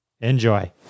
Enjoy